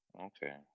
Okay